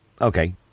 Okay